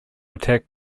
attack